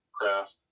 craft